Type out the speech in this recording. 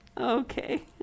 Okay